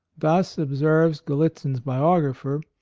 thus, ob serves gallitzin's biographer,